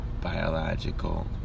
biological